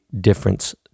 difference